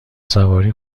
سواری